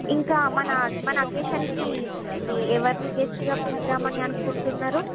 ఇంకా మన మన ఆకేషన్కి ఎవరిని గెస్ట్గా పిలుద్దాం అని అనుకుంటున్నారు